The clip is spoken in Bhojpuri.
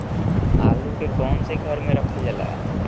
आलू के कवन से घर मे रखल जाला?